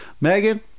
megan